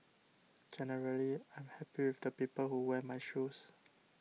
generally I'm happy with the people who wear my shoes